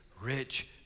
rich